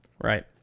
Right